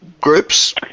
groups